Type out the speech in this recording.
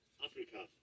Africa